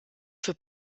für